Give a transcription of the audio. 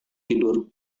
tidur